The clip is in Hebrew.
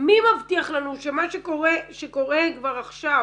מי מבטיח לנו שמה שקורה כבר עכשיו